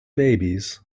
babies